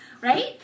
right